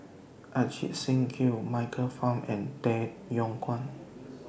Ajit Singh Gill Michael Fam and Tay Yong Kwang